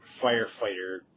firefighter